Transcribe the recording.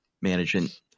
management